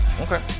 Okay